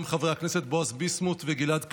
חברי הכנסת בועז ביסמוט וגלעד קריב,